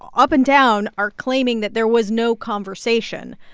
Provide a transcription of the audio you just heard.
up and down, are claiming that there was no conversation.